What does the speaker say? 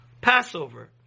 Passover